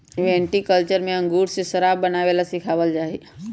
viticulture में अंगूर से शराब बनावे ला सिखावल जाहई